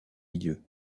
milieu